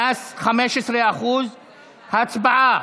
מס 15% הצבעה.